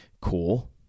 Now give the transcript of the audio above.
cool